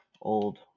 old